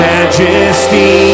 Majesty